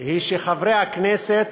אדוני היושב-ראש, חברי חברי הכנסת,